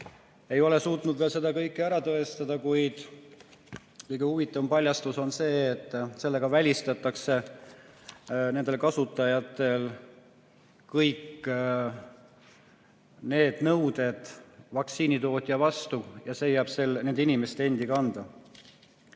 Ei ole suutnud veel seda kõike ära tõestada, kuid huvitavam paljastus on see, et sellega välistatakse nendel kasutajatel kõik nõuded vaktsiinitootja vastu ja need jäävad nende inimeste endi kanda.